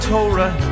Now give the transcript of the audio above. Torah